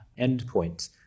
endpoint